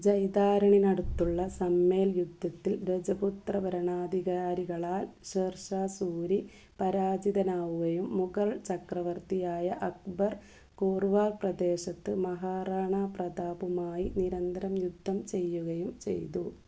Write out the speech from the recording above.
ജൈതാരണിനടുത്തുള്ള സമ്മേൽ യുദ്ധത്തിൽ രജപുത്ര ഭരണാധികാരികളാൽ ഷേർഷാ സൂരി പരാജിതനാവുകയും മുഗൾ ചക്രവർത്തിയായ അക്ബർ ഗോർവാർ പ്രദേശത്ത് മഹാറാണാ പ്രതാപുമായി നിരന്തരം യുദ്ധം ചെയ്യുകയും ചെയ്തു